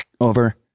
Over